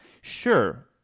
Sure